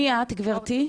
מי את, גברתי?